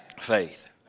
faith